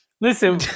Listen